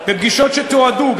בפגישות שתועדו,